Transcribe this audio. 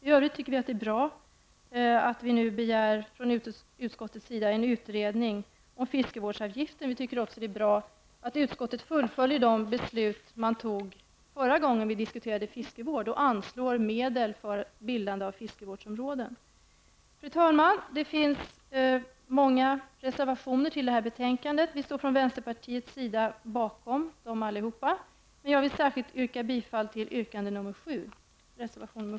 I övrigt anser vi att det är bra att utskottet nu begär en utredning om fiskevårdsavgiften. Vi anser också att det är bra att utskottet fullföljer de beslut det fattade förra gången vi diskuterade fiskevård och att man föreslår att medel skall anslås för bildande av fiskevårdsområden. Fru talman! Det finns många reservationer till detta betänkande. Vi från vänsterpartiet står bakom dem alla, men jag yrkar bifall endast till reservation nr